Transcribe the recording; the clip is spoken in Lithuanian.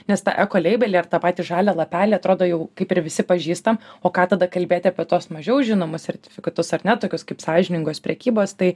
nes ta ekoleibelį ar tą patį žalią lapelį atrodo jau kaip ir visi pažįsta o ką tada kalbėti apie tuos mažiau žinomus sertifikatus ar ne tokius kaip sąžiningos prekybos tai